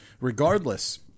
regardless